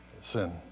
sin